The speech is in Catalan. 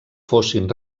fossin